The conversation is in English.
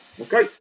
Okay